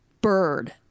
bird